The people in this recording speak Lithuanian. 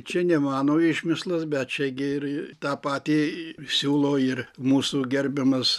čia ne mano išmislas bet čia gi ir tą patį siūlo ir mūsų gerbiamas